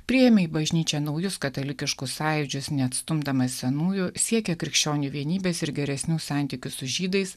priėmė į bažnyčią naujus katalikiškus sąjūdžius neatstumdamas senųjų siekė krikščionių vienybės ir geresnių santykių su žydais